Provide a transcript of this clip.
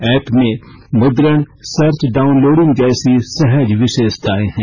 app में मुद्रण search downloading जैसी सहज विशेषताएं हैं